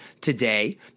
today